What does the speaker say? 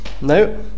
No